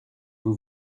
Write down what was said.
vous